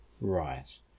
right